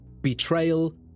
betrayal